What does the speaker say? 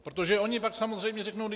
Protože oni pak samozřejmě řeknou: Vždyť